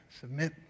submit